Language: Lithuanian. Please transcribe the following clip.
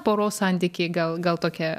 poros santykiai gal gal tokia